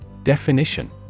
Definition